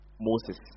Moses